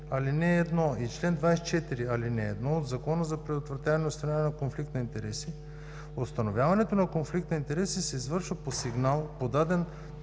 ал. 1 и чл. 24, ал. 1 от Закона за предотвратяване и установяване на конфликт на интереси, установяването на конфликт на интереси се извършва по сигнал, подаден